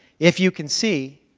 if you can see,